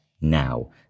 now